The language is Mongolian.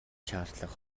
шаардлага